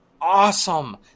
awesome